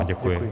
Děkuji.